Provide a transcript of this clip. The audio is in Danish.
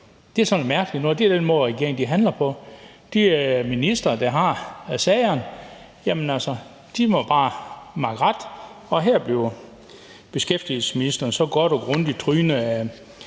Det er sådan noget mærkeligt noget. Det er den måde, regeringen handler på. De ministre, der har sagerne, må bare makke ret, og her bliver beskæftigelsesministeren så godt og grundigt trynet af